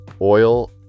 oil